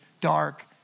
dark